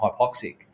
hypoxic